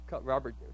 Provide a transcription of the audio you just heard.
Robert